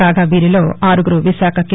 కాగా వీరిలో ఆరుగురు విశాఖ కె